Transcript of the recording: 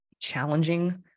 challenging